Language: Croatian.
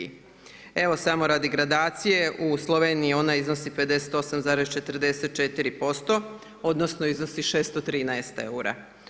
Evo samo gradacije, u Sloveniji ona iznosi 58,44%, odnosno iznosi 613 eura.